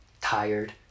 Tired